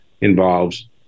involves